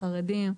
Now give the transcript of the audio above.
חרדים,